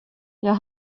jag